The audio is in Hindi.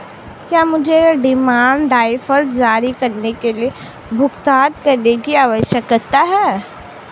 क्या मुझे डिमांड ड्राफ्ट जारी करने के लिए भुगतान करने की आवश्यकता है?